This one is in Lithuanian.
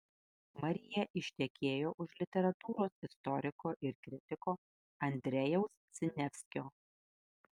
marija ištekėjo už literatūros istoriko ir kritiko andrejaus siniavskio